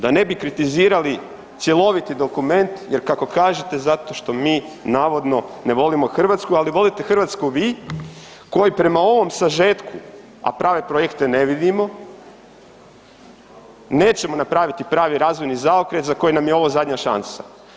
Da ne bi kritizirali cjeloviti dokument, jer kako kažete, zato što mi navodno ne volimo Hrvatsku, ali volite Hrvatsku vi koji prema ovom sažetku, a prave projekte ne vidimo, nećemo napraviti pravi razvojni zaokret za koji nam je ovo zadnja šansa.